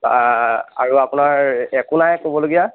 আৰু আপোনাৰ একো নাই ক'বলগীয়া